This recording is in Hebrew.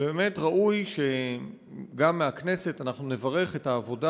ובאמת ראוי שגם מהכנסת אנחנו נברך על העבודה